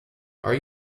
are